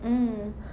mm